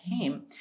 came